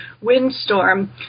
windstorm